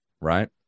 right